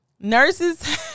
nurses